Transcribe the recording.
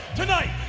tonight